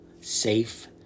safe